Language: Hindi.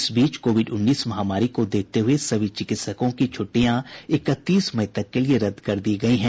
इस बीच कोविड उन्नीस महामारी को देखते हुए सभी चिकित्सकों की छुट्टियां इकतीस मई तक के लिए रद्द कर दी गई हैं